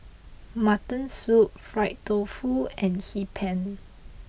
Mutton Soup Fried Tofu and Hee Pan